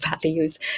values